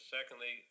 Secondly